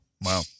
wow